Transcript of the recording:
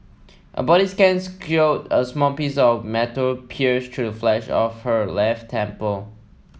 a body scans showed a small piece of metal pierced through the flesh of her left temple